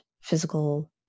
physical